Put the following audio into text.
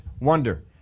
wonder